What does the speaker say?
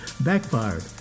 backfired